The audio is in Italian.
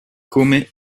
come